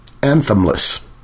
Anthemless